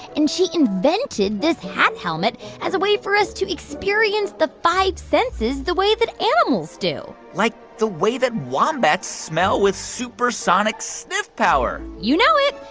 and she invented this hat helmet as a way for us to experience the five senses the way that animals do like, the way that wombats smell with supersonic sniff power you know it.